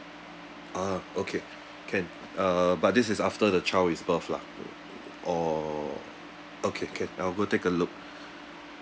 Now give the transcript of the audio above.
ah okay can uh but this is after the child is birth lah o~ o~ or okay can I'll go take a look